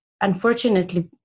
unfortunately